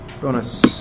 Bonus